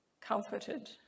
comforted